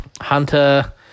Hunter